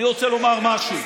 אני רוצה לומר משהו,